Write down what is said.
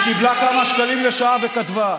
וקיבלה כמה שקלים לשעה וכתבה.